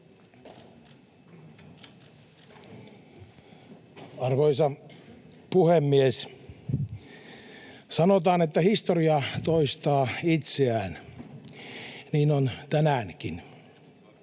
Arvoisa puhemies! Sanotaan, että historia toistaa itseään. Niin on tänäänkin.